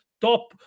top